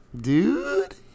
Dude